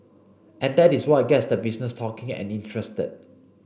and that is what gets the business talking and interested